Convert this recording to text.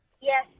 Yes